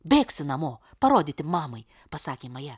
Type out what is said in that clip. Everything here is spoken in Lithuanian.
bėgsiu namo parodyti mamai pasakė maja